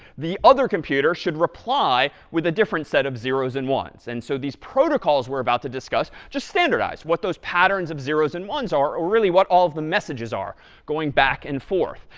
the other computer should reply with a different set of zeros and ones. and so these protocols we're about to discuss just standardize what those patterns of zeros and ones are, or really, what all of the messages are going back and forth.